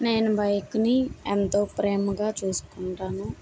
నేను బైక్ ని ఎంతో ప్రేమగా చూసుకుంటాను